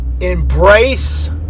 Embrace